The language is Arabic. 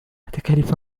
تكاليف